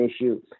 issue